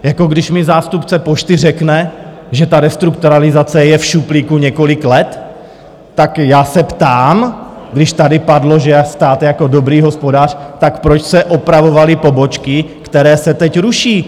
Jako když mi zástupce Pošty řekne, že ta restrukturalizace je v šuplíku několik let, tak já se ptám, když tady padlo, že stát jako dobrý hospodář, tak proč se opravovaly pobočky, které se teď ruší?